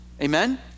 Amen